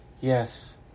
Yes